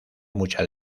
mucha